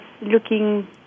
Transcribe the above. looking